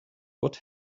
what